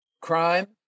Crime